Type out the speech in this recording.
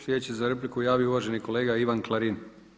Sljedeći se za repliku javio uvaženi kolega Ivan Klarin.